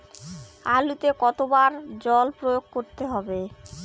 আলুতে কতো বার জল প্রয়োগ করতে হবে?